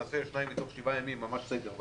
נעשה שניים מתוך שבעה ימים ממש סגר,